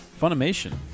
Funimation